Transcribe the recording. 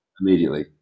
immediately